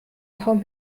kaum